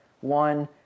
one